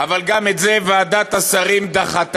אבל גם את זה ועדת השרים דחתה.